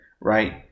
right